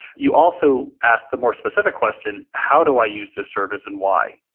you also ask the more specific question, how do i use this service and why?